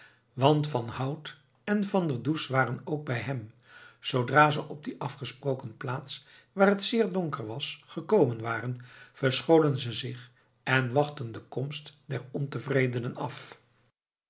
want van hout en van der does waren ook bij hem zoodra ze op die afgesproken plaats waar het zeer donker was gekomen waren verscholen ze zich en wachtten de komst der ontevredenen af